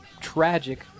tragic